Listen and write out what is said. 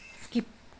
skip